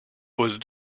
pose